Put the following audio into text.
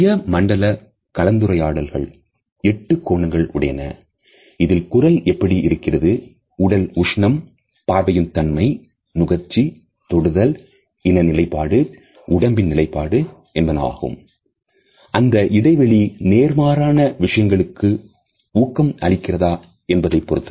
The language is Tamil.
சுய மண்டல கலந்துரையாடல்கள் 8 கோணங்கள் உடையன இதில் குரல் எப்படி இருக்கிறது உடல் உஷ்ணம் பார்வையின் தன்மை நுகர்ச்சி தொடுதல் இன நிலைப்பாடு உடம்பின் நிலைப்பாடு ஆகும் அந்த இடைவெளி நேர்மாறான விஷயங்களுக்கு ஊக்கம் அளிக்கிறதா என்பதை பொறுத்தது